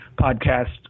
podcast